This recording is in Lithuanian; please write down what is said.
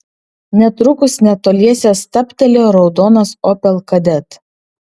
netrukus netoliese stabtelėjo raudonas opel kadett